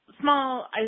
small